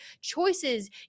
choices